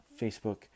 Facebook